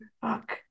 Fuck